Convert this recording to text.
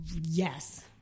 Yes